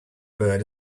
bird